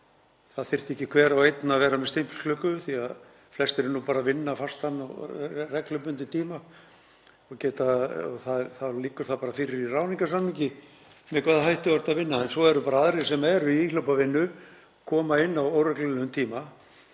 það þyrfti ekki hver og einn að vera með stimpilklukku því að flestir eru bara að vinna fastan og reglubundinn tíma og það liggur þá bara fyrir í ráðningarsamningi með hvaða hætti fólk er að vinna. En svo eru aðrir sem eru í íhlaupavinnu og koma inn á óreglulegum tíma.